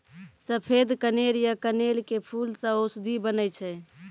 सफेद कनेर या कनेल के फूल सॅ औषधि बनै छै